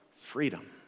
freedom